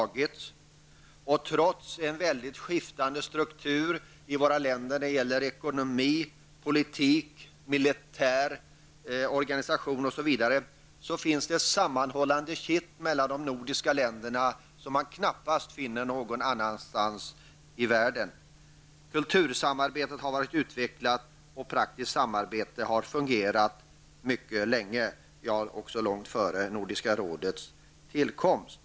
Trots en mycket skiftande struktur i våra länder när det gäller ekonomi, politik, militär organisation osv. finns det ett sammanhållande kitt mellan de nordiska länderna som man knappast finner någon annanstans i världen. Kultursamarbetet har varit utveckla och ett praktiskt samarbete har fungerat mycket länge -- också långt före Nordiska rådets tillkomst.